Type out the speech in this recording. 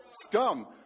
Scum